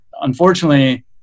unfortunately